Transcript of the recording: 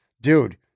Dude